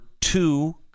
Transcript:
two